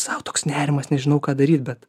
sau toks nerimas nežinau ką daryt bet